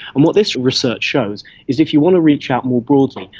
and what this research shows is if you want to reach out more broadly,